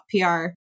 PR